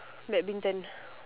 badminton